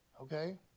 Okay